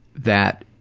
that